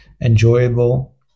enjoyable